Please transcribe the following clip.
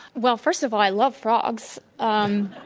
well, first of all, i love frogs. um